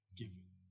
giving